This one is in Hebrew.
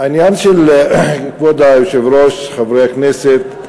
כבוד היושב-ראש, חברי הכנסת,